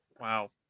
Wow